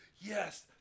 yes